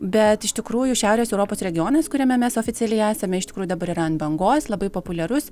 bet iš tikrųjų šiaurės europos regionas kuriame mes oficialiai esame iš tikrųjų dabar yra ant bangos labai populiarus